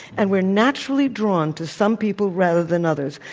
and we're naturally drawn to some people rather than others.